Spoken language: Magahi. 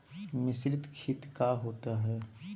मिसरीत खित काया होती है?